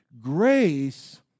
Grace